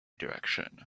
direction